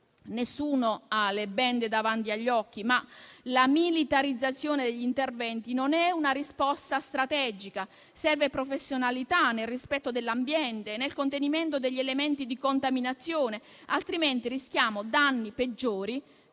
Nessuno ha le bende davanti agli occhi, ma la militarizzazione degli interventi non è una risposta strategica. Serve professionalità nel rispetto dell'ambiente e nel contenimento degli elementi di contaminazione, altrimenti rischiamo danni peggiori,